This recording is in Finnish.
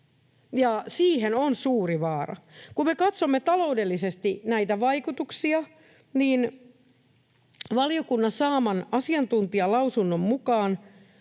siihen on suuri vaara. Kun me katsomme taloudellisesti näitä vaikutuksia, niin valiokunnan saaman asiantuntijalausunnon mukaan